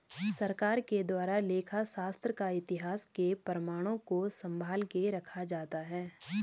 सरकार के द्वारा लेखा शास्त्र का इतिहास के प्रमाणों को सम्भाल के रखा जाता है